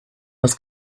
las